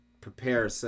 prepare